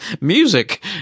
music